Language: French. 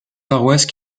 paroisse